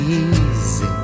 easy